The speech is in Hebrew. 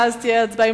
ואז תהיה הצבעה.